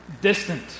distant